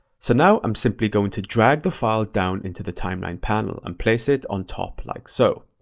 so now, i'm simply going to drag the file down into the timeline panel and place it on top like so.